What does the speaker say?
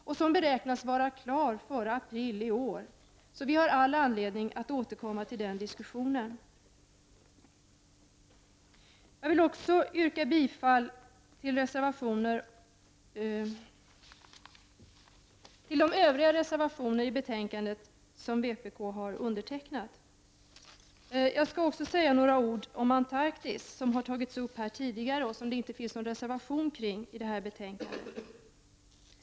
Utredningen beräknas vara klar före april månad i år. Vi har således all anledning att återkomma till den diskussionen. Jag yrkar också bifall till övriga reservationer i betänkandet som vi i vpk har undertecknat. Slutligen några ord om Antarktis, som nämndes här tidigare. På den punkten finns det inte någon reservation i detta betänkande.